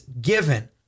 given